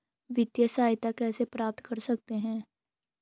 वित्तिय सहायता कैसे प्राप्त कर सकते हैं?